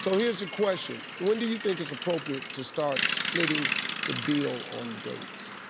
so here's the question, when do you think it's appropriate to start splitting the bill on dates?